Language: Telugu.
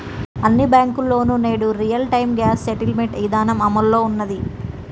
అన్ని బ్యేంకుల్లోనూ నేడు రియల్ టైం గ్రాస్ సెటిల్మెంట్ ఇదానం అమల్లో ఉన్నాది